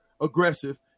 aggressive